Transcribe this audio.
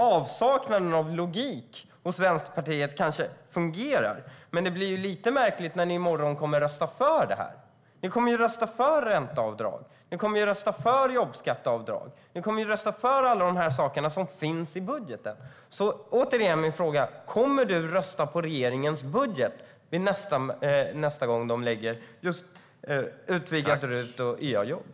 Avsaknaden av logik hos Vänsterpartiet kanske fungerar, men det blir lite märkligt när ni i morgon kommer att rösta för detta. Ni kommer ju att rösta för ränteavdrag, jobbskatteavdrag och alla de saker som finns i budgeten. Min fråga är därför, återigen: Kommer du att rösta på regeringens budget nästa gång den lägger fram en med utvidgat RUT och YA-jobb, Christina Höj Larsen?